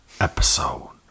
episode